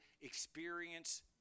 experience